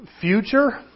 future